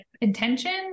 intention